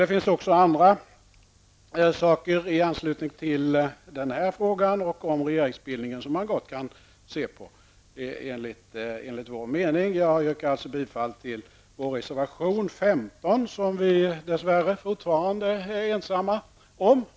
Det finns också andra frågor i anslutning till denna fråga om regeringsbildningen som man gott kan studera enligt vår mening. Jag yrkar således bifall till vår reservation nummer 15, som vi dessvärre är ensamma om.